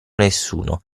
nessuno